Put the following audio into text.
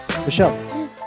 Michelle